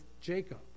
Jacob